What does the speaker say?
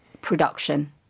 production